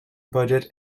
budget